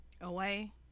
Away